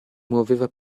muoveva